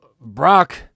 Brock